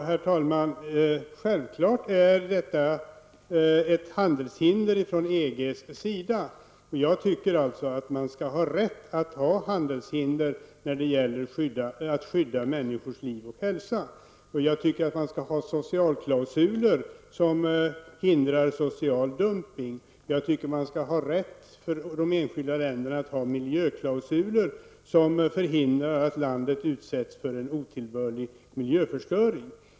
Herr talman! Självfallet är det fråga om ett handelshinder från EGs sida, och jag tycker att man skall ha rätt att ha handelshinder när det gäller att skydda människors liv och hälsa. Jag tycker också att de enskilda länderna skall ha rätt till socialklausuler som hindrar social dumpning och till miljöklausuler som skyddar landet från att utsättas för otillbörlig miljöförstöring.